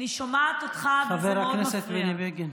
אני שומעת אותך וזה מאוד מפריע לי.